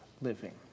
living